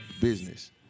business